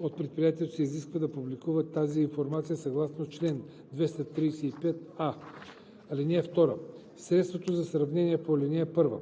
от предприятието се изисква да публикува тази информация съгласно чл. 235а. (2) Средството за сравнение по ал. 1: 1.